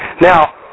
now